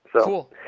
Cool